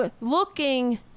looking